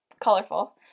colorful